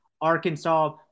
Arkansas